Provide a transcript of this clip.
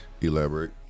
Elaborate